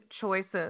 choices